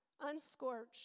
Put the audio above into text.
unscorched